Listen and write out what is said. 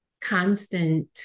constant